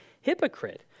hypocrite